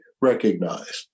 recognized